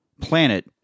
planet